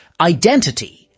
identity